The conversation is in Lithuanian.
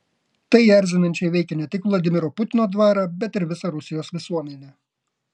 tai erzinančiai veikia ne tik vladimiro putino dvarą bet ir visą rusijos visuomenę